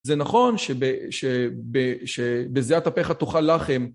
זה נכון שבזיעת אפך תאכל לחם